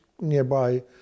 nearby